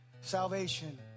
Salvation